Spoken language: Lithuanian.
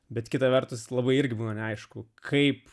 bet kita vertus labai irgi buvo neaišku kaip